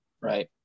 right